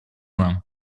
нам